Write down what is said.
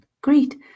Great